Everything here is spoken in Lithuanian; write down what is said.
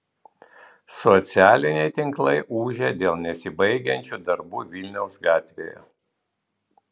socialiniai tinklai ūžia dėl nesibaigiančių darbų vilniaus gatvėje